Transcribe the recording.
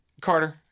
Carter